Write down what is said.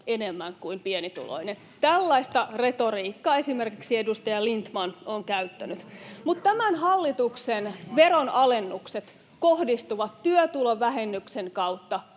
enemmän kuin pienituloinen. Tällaista retoriikkaa esimerkiksi edustaja Lindtman on käyttänyt. Tämän hallituksen veronalennukset kohdistuvat työtulovähennyksen kautta